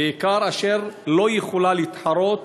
בעיקר זו שלא יכולה להתחרות